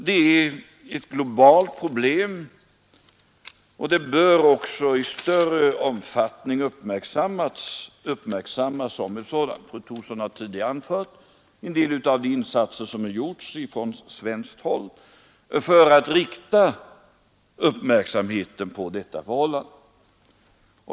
Det är ett globalt problem, och det bör också i större omfattning uppmärksammas som ett sådant. Fru Thorsson har tidigare nämnt en del av de insatser som gjorts från svensk sida för att rikta uppmärksamheten på detta förhållande.